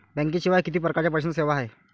बँकेशिवाय किती परकारच्या पैशांच्या सेवा हाय?